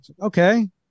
Okay